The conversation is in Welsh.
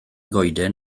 goeden